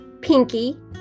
Pinky